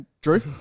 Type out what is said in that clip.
Drew